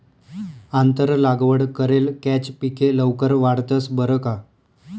आंतर लागवड करेल कॅच पिके लवकर वाढतंस बरं का